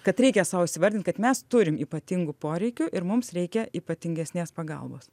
kad reikia sau įvardint kad mes turim ypatingų poreikių ir mums reikia ypatingesnės pagalbos